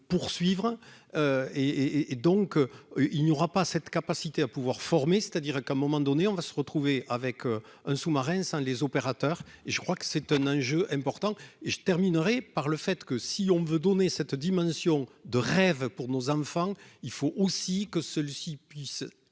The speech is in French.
poursuivre et et donc il n'y aura pas cette capacité à pouvoir former, c'est-à-dire qu'à un moment donné, on va se retrouver avec un sous-marin, les opérateurs et je crois que c'est un enjeu important et je terminerai par le fait que si on veut donner cette dimension de rêve pour nos enfants, il faut aussi que celui-ci puisse